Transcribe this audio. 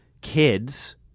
kids